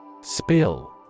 Spill